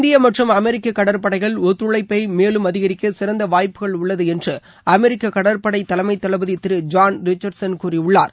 இந்திய மற்றும் அமெரிக்க கடற்படைகள் ஒத்துழைப்பை மேலும் அதிகரிக்க சிறந்த வாய்ப்புகள் உள்ளது என்று அமெரிக்க கடற்படை தலைமை தளபதி திரு ஜான் ரிச்சர்ட்சன் கூறியுள்ளார்